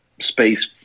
space